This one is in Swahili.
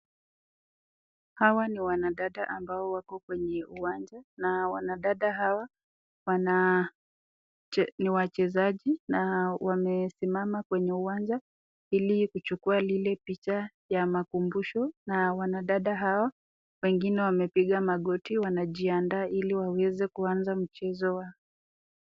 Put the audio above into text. Hawa ni wanadada ambao wako kwenye uwanja, na wanadada hawa ni wachezaji na wamesimama kwenye uwanja hili kuchukua ile picha ya makumbusho, na wanadada hawa wengine wamepiga magoti wanajiandaa hili waweze kuanza mchezo yao.